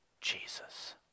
Jesus